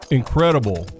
incredible